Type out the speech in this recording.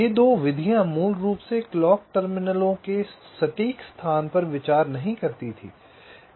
ये 2 विधियां मूल रूप से क्लॉक टर्मिनलों के सटीक स्थान पर विचार नहीं करती थीं